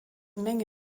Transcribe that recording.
menge